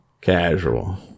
casual